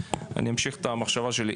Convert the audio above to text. אני אמשיך את המחשבה שלי,